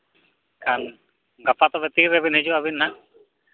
ᱮᱱᱠᱷᱟᱱ ᱜᱟᱯᱟ ᱟᱹᱵᱤᱱ ᱛᱤᱨᱮ ᱵᱮᱱ ᱦᱤᱡᱩᱜᱼᱟ ᱟᱹᱵᱤᱱ ᱦᱟᱸᱜ